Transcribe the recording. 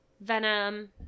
Venom